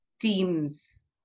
themes